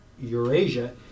Eurasia